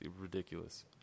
ridiculous